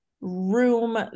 room